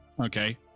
Okay